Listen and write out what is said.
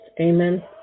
amen